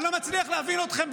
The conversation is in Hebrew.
אני לא מצליח להבין אתכם.